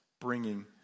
bringing